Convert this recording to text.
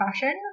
fashion